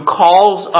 calls